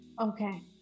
Okay